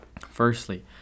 Firstly